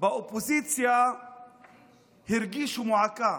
באופוזיציה הרגישו מועקה.